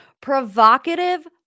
Provocative